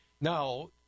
Now